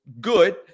good